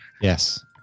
Yes